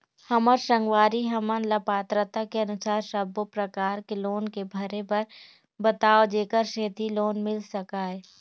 हमर संगवारी हमन ला पात्रता के अनुसार सब्बो प्रकार के लोन के भरे बर बताव जेकर सेंथी लोन मिल सकाए?